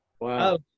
Wow